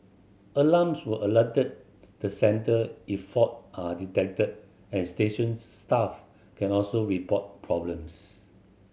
alarms will alert the centre if fault are detected and station staff can also report problems